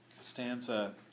Stanza